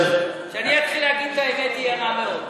כשאני אתחיל להגיד את האמת יהיה רע מאוד.